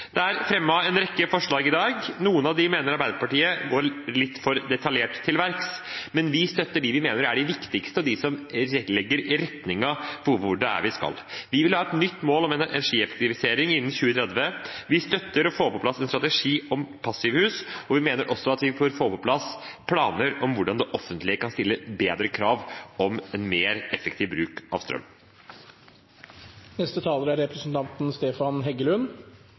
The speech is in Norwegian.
Det er fremmet en rekke forslag i dag. Noen av dem mener Arbeiderpartiet går litt for detaljert til verks, men vi støtter dem vi mener er de viktigste, og dem som legger retningen for hvor vi skal. Vi vil ha et nytt mål om energieffektivisering innen 2030. Vi støtter å få på plass en strategi om passivhus, og vi mener også at vi bør få på plass planer om hvordan det offentlige kan stille bedre krav om en mer effektiv bruk av